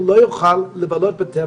בעיקר בזום.